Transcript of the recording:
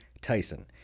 Tyson